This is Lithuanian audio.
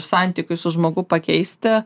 santykius su žmogu pakeisti